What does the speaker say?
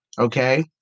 okay